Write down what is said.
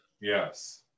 Yes